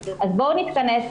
בואו נתכנס,